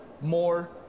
More